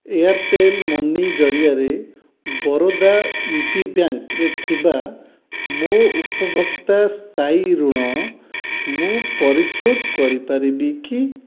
Airtel money ଜରିଆରେ Baroda UP ବ୍ୟାଙ୍କ୍ରେ ଥିବା ମୋ' ଉପଭୋକ୍ତା ସ୍ଥାୟୀ ଋଣ ମୁଁ ପରିଶୋଧ କରିପାରିବି କି